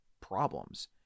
problems